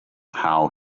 how